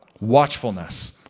Watchfulness